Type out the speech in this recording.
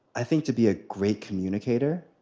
i think to be a great communicator